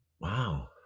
Wow